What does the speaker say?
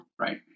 Right